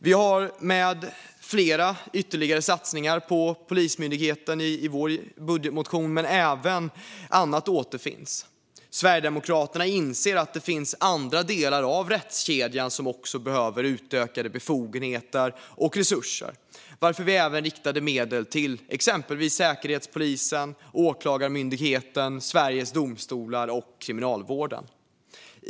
Vi har ytterligare satsningar på Polismyndigheten i vår budgetmotion, men även annat återfinns. Sverigedemokraterna inser att det finns andra delar av rättskedjan som också behöver utökade befogenheter och resurser, varför vi även riktar medel till exempelvis Säkerhetspolisen, Åklagarmyndigheten, Sveriges Domstolar och Kriminalvården.